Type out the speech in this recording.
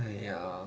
!aiya!